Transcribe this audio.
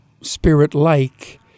spirit-like